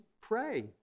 pray